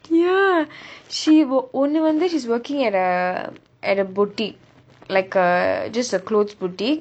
ya she ஒன்னு வந்து:onnu vanthu she's working at a at a boutique like uh just a clothes boutique